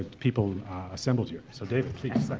people assembled here. so david, please,